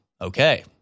okay